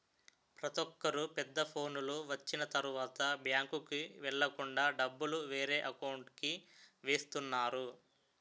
ప్రతొక్కరు పెద్ద ఫోనులు వచ్చిన తరువాత బ్యాంకుకి వెళ్ళకుండా డబ్బులు వేరే అకౌంట్కి వేస్తున్నారు